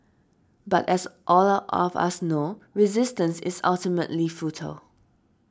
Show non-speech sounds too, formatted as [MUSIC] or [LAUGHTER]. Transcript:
but as all [UNINTELLIGIBLE] of us know resistance is ultimately futile